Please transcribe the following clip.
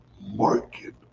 market